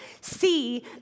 see